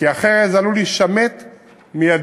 כי אחרת זה עלול להישמט מידינו,